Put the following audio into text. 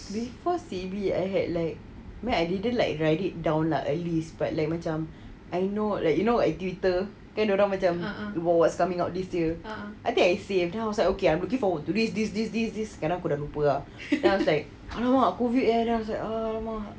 before C_B I had like I didn't like write it down lah at least but like macam I know you know lah right at Twitter kan dorang macam what what is coming out this year I think I see it then I was like looking forward to this this this cannot go dah lupa ah then it was like ah COVID ugh !alamak!